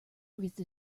breathed